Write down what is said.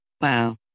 Wow